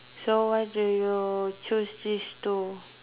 so why do you choose this two